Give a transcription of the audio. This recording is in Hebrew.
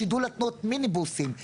שידעו להפנות מיניבוסים,